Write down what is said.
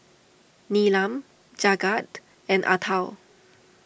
Neelam Jagat and Atal